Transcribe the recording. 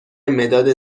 مداد